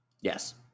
Yes